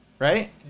Right